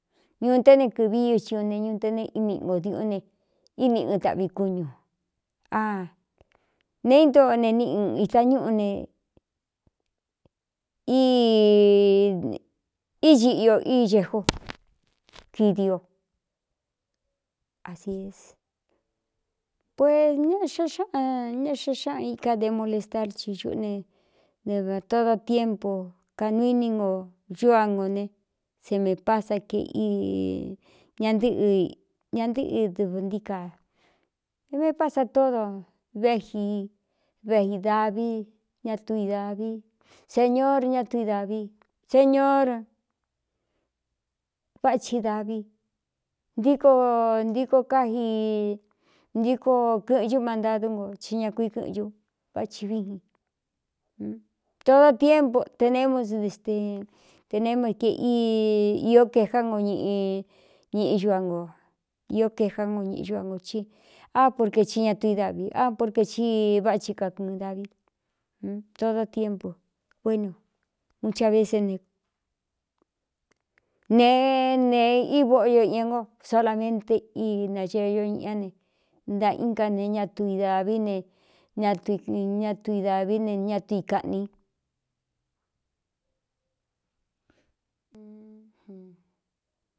Nuu té né kɨ̄ꞌví uci ñu ne ñuꞌu te ne íniꞌi ngo diuꞌún ne íniꞌɨn taꞌvi kúñu a nee ítoo ne niꞌɨn īta ñúꞌu ne ídiꞌio icejo kidio asies pues ña xa xaꞌan ña xe xáꞌan ika de molestar ci xuꞌú ne dɨā todo tiémpo kanuu ini no cú a ngō ne em pása ke ñaɨꞌɨ ña nɨꞌꞌɨ dɨv ntí ka é mé pása tódo véji veī daví ñatu i dāvi señr ñatu i dāvi señor váchsi dāvi ntíko ntíko káji ntíko kɨ̄ꞌɨn cú mantadú nko thi ña kui kɨ̄ꞌɨn u váchi viin todo tiempo te neému si te neéma ke īó kejá ngo ñꞌɨ ñiꞌi ñua nō īó kaējá ngo ñiꞌi ñú a ngō cí á porqe tí ña tu i davi á porqē thí váꞌchi kakɨ̄ꞌɨn davi todo tiépu vénu un chave se ne nēe nēe ívóꞌo yo iña ngo solamente i naxeyo ñꞌñá ne nta íngá neé ñatu i dāví ne ñañatu i dāví ne ñatu i kaꞌni.